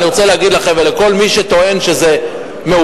אני רוצה להגיד לכם ולכל מי שטוען שזה מעוות.